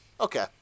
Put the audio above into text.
Okay